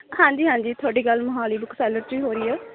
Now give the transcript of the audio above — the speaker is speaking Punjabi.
ਹਾਂਜੀ ਹਾਂਜੀ ਤੁਹਾਡੀ ਗੱਲ ਮੋਹਾਲੀ ਬੁੱਕ ਸੈਲਰ 'ਚ ਹੋ ਰਹੀ ਹੈ